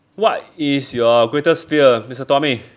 what is your greatest fear mister tommy